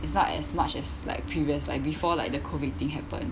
it's not as much as like previous like before like the COVID thing happen